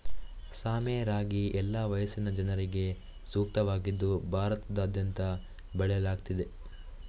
ಸಾಮೆ ರಾಗಿ ಎಲ್ಲಾ ವಯಸ್ಸಿನ ಜನರಿಗೆ ಸೂಕ್ತವಾಗಿದ್ದು ಭಾರತದಾದ್ಯಂತ ಬೆಳೆಯಲಾಗ್ತಿದೆ